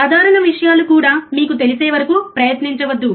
సాధారణ విషయాలు కూడా మీకు తెలిసే వరకు ప్రయత్నించవద్దు